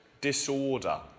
disorder